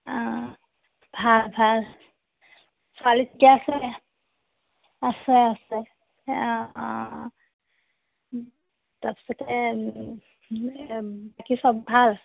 অ ভাল ভাল ছোৱালীকে ঠিকে আছে আছে অঁ অঁ তাৰপিছতে বাকী চব ভাল